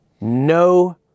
No